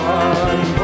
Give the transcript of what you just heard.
one